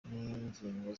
n’ingingo